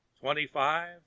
Twenty-five